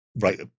right